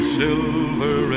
silver